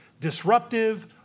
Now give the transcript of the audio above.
disruptive